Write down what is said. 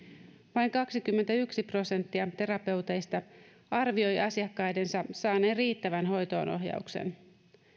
vain kaksikymmentäyksi prosenttia terapeuteista arvioi asiakkaidensa saaneen riittävän hoitoonohjauksen